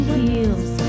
heals